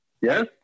Yes